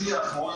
השיח מול